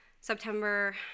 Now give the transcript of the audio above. September